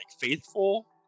faithful